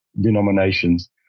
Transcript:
denominations